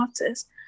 artists